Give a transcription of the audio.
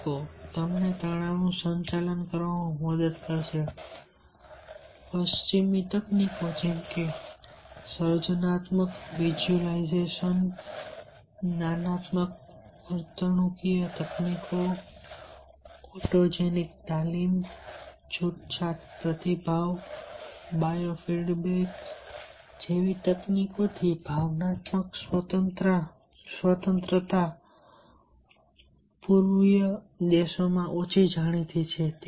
ટેકો તમને તણાવનું સંચાલન કરવામાં મદદ કરશે પશ્ચિમી તકનીકો જેમ કે સર્જનાત્મક વિઝ્યુલાઇઝેશન જ્ઞાનાત્મક વર્તણૂકીય તકનીકો ઓટોજેનિક તાલીમ છૂટછાટ પ્રતિભાવ બાયોફીડબેક તકનીકોથી ભાવનાત્મક સ્વતંત્રતા વગેરે જેવી તકનીકો પૂર્વીય દેશોમાં ઓછી જાણીતી છે